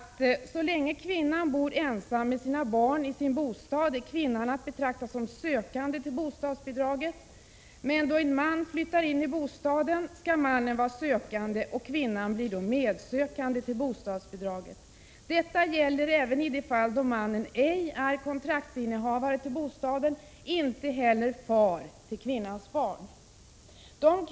Så länge kvinnan bor ensam med sina barn i sin bostad är kvinnan att betrakta som sökande till bostadsbidraget. Men då en man flyttar in i bostaden, skall mannen vara sökande och kvinnan blir då medsökande till bostadsbidraget. Detta gäller även i de fall, då mannen ej är kontraktsinnehavare till bostaden, ej heller är far till kvinnans barn.